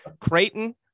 Creighton